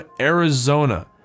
Arizona